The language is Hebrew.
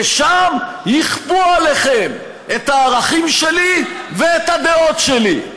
ושם יכפו עליכם את הערכים שלי ואת הדעות שלי.